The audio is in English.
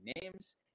names